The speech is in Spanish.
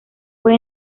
fue